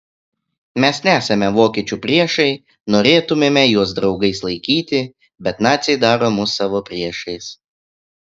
mes nesame vokiečių priešai norėtumėme juos draugais laikyti bet naciai daro mus savo priešais